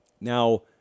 Now